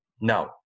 No